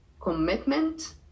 commitment